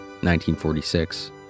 1946